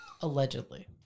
Allegedly